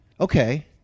okay